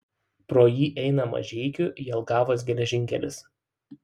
pro jį eina mažeikių jelgavos geležinkelis